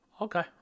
Okay